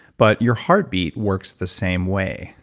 but your heartbeat works the same way.